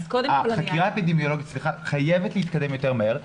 החקירה האפידמיולוגית חייבת להתקדם מהר יותר.